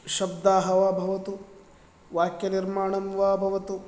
शब्दाः वा भवतु वाक्यनिर्माणं वा भवतु